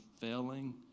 failing